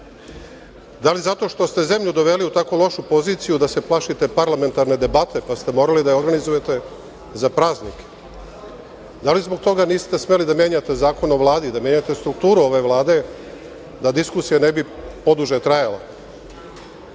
Da li zato što ste zemlju doveli u tako lošu poziciju da se plašite parlamentarne debate, pa ste morali da je organizujete za praznike? Da li zbog toga niste smeli da menjate Zakon o Vladi, da menjate strukturu ove Vlade, da diskusija ne bi poduže trajala?